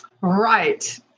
Right